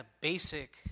basic